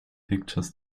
pictures